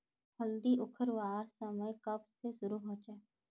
हल्दी उखरवार समय कब से शुरू होचए?